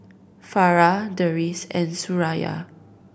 Farah Deris and Suraya